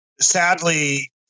sadly